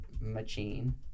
machine